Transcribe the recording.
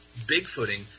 Bigfooting